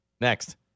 Next